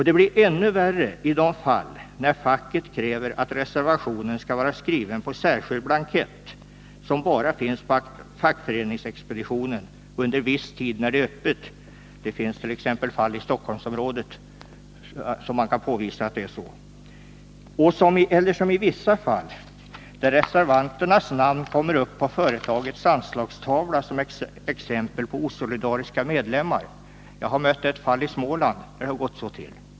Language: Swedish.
Det blir ännu värre i de fall där facket kräver att reservationen skall vara skriven på särskild blankett, som finns bara på fackföreningsexpeditionen, under viss tid när denna är öppen. Det kan påvisas exempel i Stockholmsområdet där så är förhållandet. I vissa fall förekommer det att reservanternas namn kommer upp på företagets anslagstavla som exempel på osolidariska medlemmar. Jag har mött ett fall i Småland, där det har gått till på det sättet.